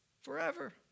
Forever